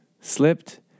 slipped